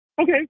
Okay